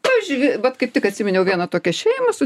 pavyzdžiui vat kaip tik atsiminiau vieną tokią šeimą su